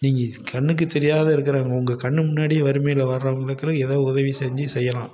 நீங்கள் கண்ணுக்கு தெரியாத இருக்கிறவங்க உங்கள் கண்ணு முன்னாடியே வறுமையில் வாடுகிறவங்களுக்கெல்லாம் ஏதோ உதவி செஞ்சு செய்யலாம்